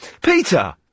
Peter